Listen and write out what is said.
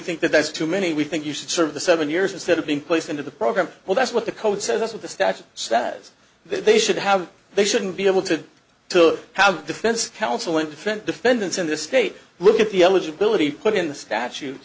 think that that's too many we think you should serve the seven years instead of being placed into the program well that's what the code says that's what the statute says that they should have they shouldn't be able to to have defense counsel and defend defendants in this state look at the eligibility put in the statute